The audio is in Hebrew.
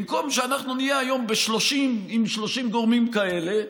במקום שנהיה היום עם 30 גורמים כאלה,